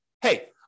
hey